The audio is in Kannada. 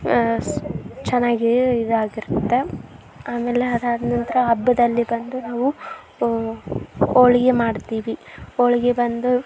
ಸ್ ಚೆನ್ನಾಗಿ ಇದಾಗಿರುತ್ತೆ ಆಮೇಲೆ ಅದಾದ ನಂತರ ಹಬ್ಬದಲ್ಲಿ ಬಂದು ನಾವು ಹೋಳ್ಗಿ ಮಾಡ್ತೀವಿ ಹೋಳ್ಗಿ ಬಂದು